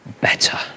better